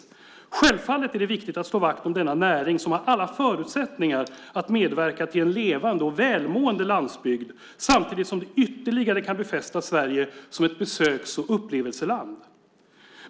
Det är självfallet viktigt att slå vakt om denna näring som har alla förutsättningar att medverka till en levande och välmående landsbygd samtidigt som det ytterligare kan befästa Sverige som ett besöks och upplevelseland.